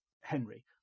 Henry